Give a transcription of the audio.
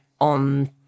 on